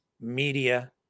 media